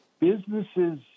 businesses